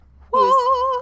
Whoa